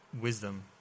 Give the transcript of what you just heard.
wisdom